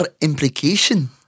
implication